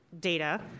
data